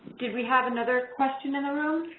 did we have another question in the room?